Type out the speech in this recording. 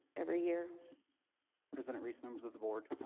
every year president reese members of the board.